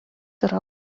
yra